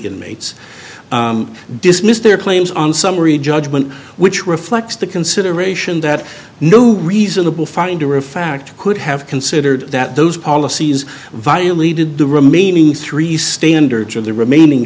inmates dismissed their claims on summary judgment which reflects the consideration that no reasonable finder of fact could have considered that those policies violated the remaining three standards of the remaining